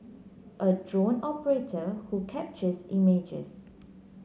a drone operator who captures images